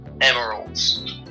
emeralds